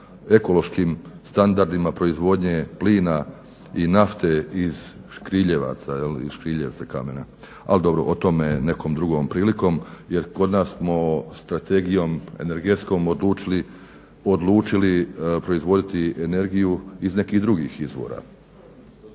ekološkim standardima proizvodnje plina i nafte iz škriljevca kamena. Ali dobro, o tome nekom drugom prilikom jer kod nas smo Strategijom energetskom odlučili proizvoditi energiju iz nekih izvora